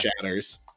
shatters